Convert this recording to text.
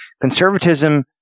Conservatism